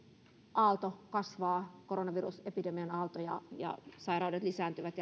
aalto kasvaa koronavirusepidemian aalto ja ja sairaudet lisääntyvät